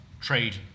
trade